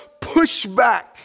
pushback